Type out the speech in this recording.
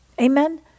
Amen